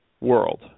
world